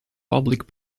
public